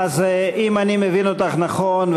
אם אני מבין אותך נכון,